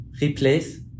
replace